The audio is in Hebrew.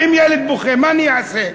ואם ילד בוכה, מה אני אעשה?